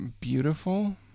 Beautiful